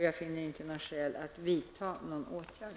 Jag finner inte skäl att vidta någon åtgärd.